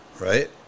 Right